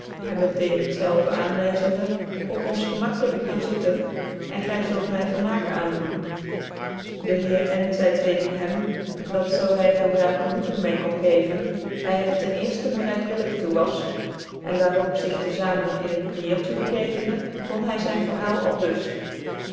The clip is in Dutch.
hem met een het zelve aanwyzcndc op ons gemak kunnen gaan zitten cn gy zult my vermaak aandoen de heer n zcide tegens hem dat zoo hy hem daar genoegen mede kon geven hy er ten cerften bereidwillig toe was cn daar op zig te famen in het prieeltje begevende begon hy zyn verhaal aldus